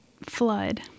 Flood